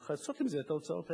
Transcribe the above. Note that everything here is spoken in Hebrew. ולכסות עם זה את ההוצאות האלה.